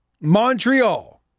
Montreal